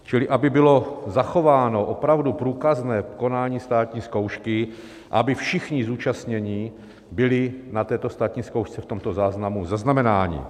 Čili aby bylo zachováno opravdu průkazné konání státní zkoušky a aby všichni zúčastnění byli na této státní zkoušce v tomto záznamu zaznamenáni.